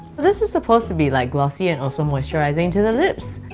this is supposed to be like glossy and also moisturizing to the lips!